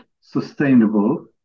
sustainable